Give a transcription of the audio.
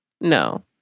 no